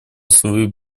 свою